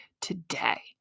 today